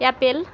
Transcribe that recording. apple